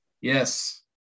Yes